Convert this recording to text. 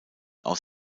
aus